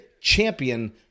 champion